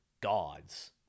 gods